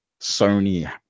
Sony